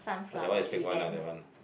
ah that one is fake one lah that one ah